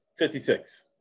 56